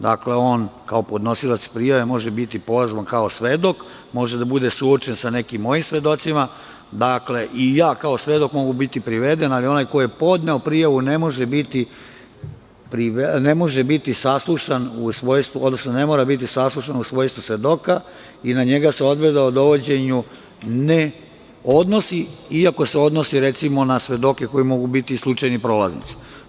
Dakle, on kao podnosilac prijave može biti pozvan kao svedok, može da bude suočen sa nekim mojim svedocima i ja kao svedok mogu biti priveden, ali onaj ko je podneo prijavu ne može biti saslušan, odnosno ne mora biti saslušan u svojstvu svedoka i na njega se odredba o dovođenju ne odnosi, iako se odnosi, recimo, na svedoke koji mogu biti slučajni prolaznici.